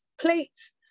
plates